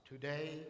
today